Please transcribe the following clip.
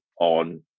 on